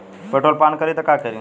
Petrol पान करी त का करी?